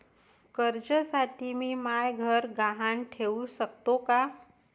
कर्जसाठी मी म्हाय घर गहान ठेवू सकतो का